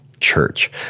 church